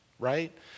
right